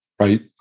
Right